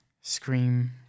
scream